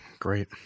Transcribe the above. Great